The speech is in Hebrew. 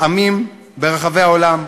עמים ברחבי העולם,